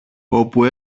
όπου